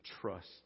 trust